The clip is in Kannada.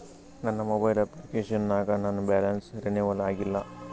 ನನ್ನ ಮೊಬೈಲ್ ಅಪ್ಲಿಕೇಶನ್ ನಾಗ ನನ್ ಬ್ಯಾಲೆನ್ಸ್ ರೀನೇವಲ್ ಆಗಿಲ್ಲ